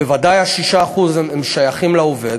בוודאי ה-6% שייכים לעובד.